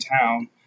town